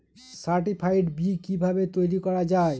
Certified বি কিভাবে তৈরি করা যায়?